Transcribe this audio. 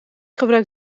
gebruik